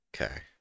Okay